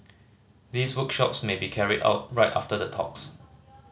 these workshops may be carried out right after the talks